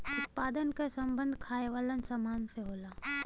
उत्पादन क सम्बन्ध खाये वालन सामान से होला